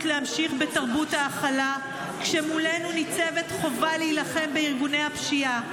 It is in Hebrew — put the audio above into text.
להמשיך בתרבות ההכלה כשמולנו ניצבת חובה להילחם בארגוני הפשיעה.